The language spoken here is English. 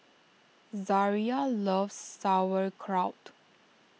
Zaria loves Sauerkraut